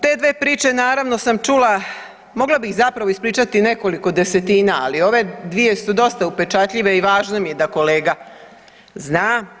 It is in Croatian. Te dve priče naravno sam čula, mogla bih zapravo ispričati nekoliko desetina ali ove dvije su dosta upečatljive i važno mi je da kolega zna.